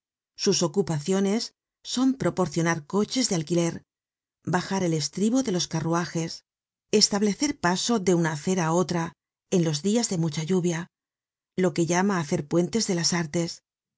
sus ocupaciones son proporcionar coches de alquiler bajar el estribo de los carruajes establecer paso de una acera á otra en los dias de mucha lluvia lo que llama hacer puentes de las artes